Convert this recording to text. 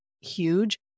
huge